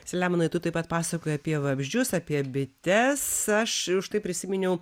seliamonai tu taip pat pasakojai apie vabzdžius apie bites aš štai prisiminiau